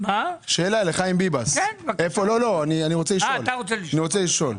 אני רוצה לשאול.